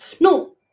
No